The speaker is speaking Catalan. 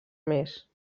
més